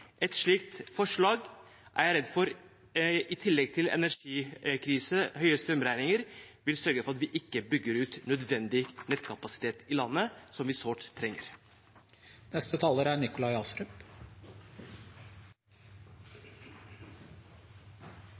Et slikt forslag er jeg redd for – i tillegg til energikrise og høye strømregninger – vil sørge for at vi ikke bygger ut nødvendig nettkapasitet i landet, som vi sårt